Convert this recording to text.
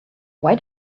why